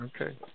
Okay